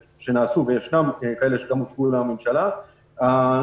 סופר-פשוטים כמו כמות הבדיקות שנעשתה עד עכשיו,